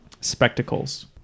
spectacles